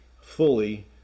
fully